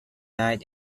died